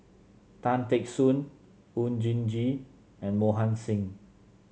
Tan Teck Soon Oon Jin Gee and Mohan Singh